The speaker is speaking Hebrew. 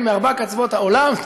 מארבע קצוות העולם.